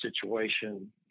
situation